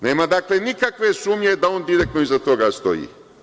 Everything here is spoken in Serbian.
Nema, dakle, nikakve sumnje da on direktno iza toga stoji.